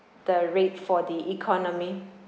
the rate for the economy